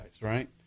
right